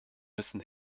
müssen